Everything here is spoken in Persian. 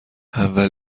اول